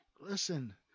Listen